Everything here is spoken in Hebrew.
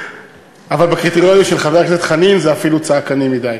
אבל בקריטריונים של חבר הכנסת חנין זה אפילו צעקני מדי.